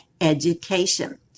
education